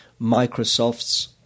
microsoft's